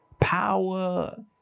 Power